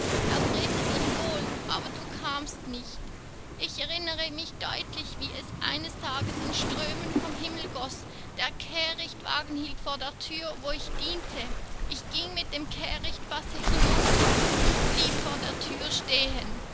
er drehte sich wohl aber du kamst nicht ich erinnere mich deutlich wie es eines tages in strömen vom himmel goß der kehrichtwagen hielt vor der thür wo ich diente ich ging mit dem kehrichtfasse hinunter und blieb vor der thür stehen